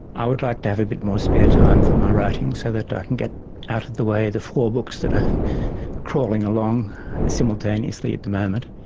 i would like to have a bit more spare time for my writing so that i can get out of the way the four books that are crawling along simultaneously at the moment.